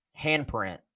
handprint